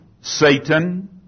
Satan